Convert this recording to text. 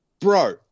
Bro